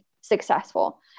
successful